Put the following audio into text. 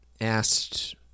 asked